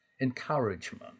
encouragement